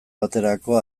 baterako